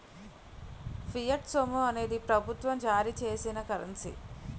fiat సొమ్ము అనేది ప్రభుత్వం జారీ చేసిన కరెన్సీ